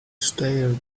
stared